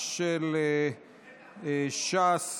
של חברת הכנסת שרן מרים השכל,